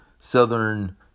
southern